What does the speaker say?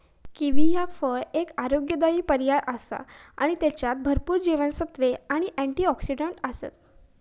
kiwi ह्या फळ एक आरोग्यदायी पर्याय आसा आणि त्येच्यात भरपूर जीवनसत्त्वे आणि अँटिऑक्सिडंट आसत